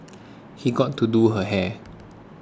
he got to do her hair